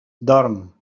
dorm